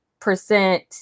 percent